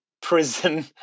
prison